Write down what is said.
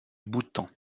bhoutan